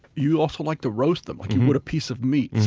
you also like to roast them like you would a piece of meat.